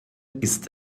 ist